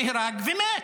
נהרג ומת.